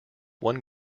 one